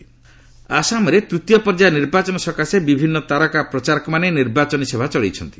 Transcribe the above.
ଆସାମଶାହା ଗାନ୍ଧୀ ଆସାମରେ ତୂତୀୟ ପର୍ଯ୍ୟାୟ ନିର୍ବାଚନ ସକାଶେ ବିଭିନ୍ନ ତାରକା ପ୍ରଚାରକମାନେ ନିର୍ବାଚନୀ ସଭା ଚଳେଇଛନ୍ତି